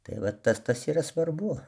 tai va tas tas yra svarbu